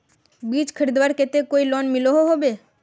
बीज खरीदवार केते कोई लोन मिलोहो होबे?